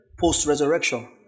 post-resurrection